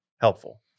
helpful